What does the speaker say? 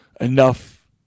enough